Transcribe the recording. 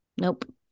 Nope